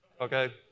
okay